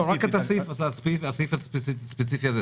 רק בסעיף הספציפי הזה,